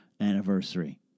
anniversary